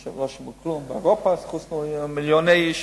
לא שמעו כלום, באירופה חוסנו מיליוני איש,